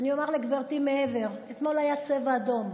אני אומר לגברתי מעבר זה: אתמול היה צבע אדום,